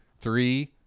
Three